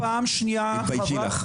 תתביישי לך.